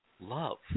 love